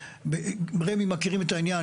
רמ"י מכירים את העניין,